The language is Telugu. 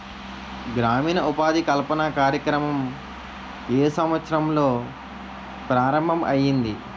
గ్రామీణ ఉపాధి కల్పన కార్యక్రమం ఏ సంవత్సరంలో ప్రారంభం ఐయ్యింది?